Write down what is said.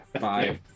Five